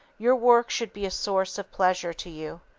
your work should be a source of pleasure to you.